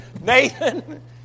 Nathan